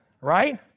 Right